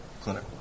clinic